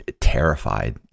terrified